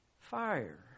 fire